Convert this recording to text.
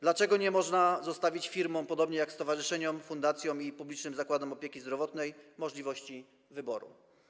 Dlaczego nie można zostawić firmom, podobnie jak stowarzyszeniom, fundacjom i publicznym zakładom opieki zdrowotnej, możliwości wyboru?